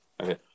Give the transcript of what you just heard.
Okay